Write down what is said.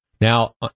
Now